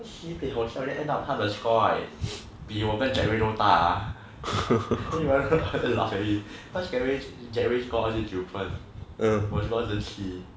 sibeh 好笑 then end up 他的 score right 比我跟健伟都大 so we all laugh at him cause 健伟二十九我二十七